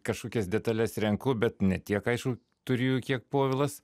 kažkokias detales renku bet ne tiek aišku turiu jų kiek povilas